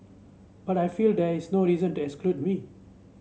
but I feel there is no reason to exclude we